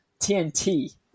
TNT